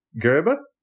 Gerber